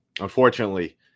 Unfortunately